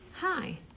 Hi